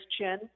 chin